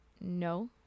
no